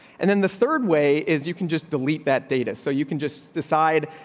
and then the third way is you can just delete that data so you can just decide.